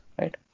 right